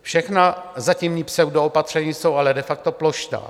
Všechna zatímní pseudoopatření jsou ale de facto plošná.